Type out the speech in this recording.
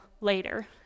later